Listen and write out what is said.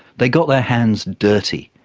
they got their hands dirty.